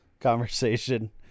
conversation